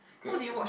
~ed ah